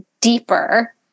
deeper